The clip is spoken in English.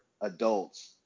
adults